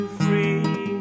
free